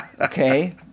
Okay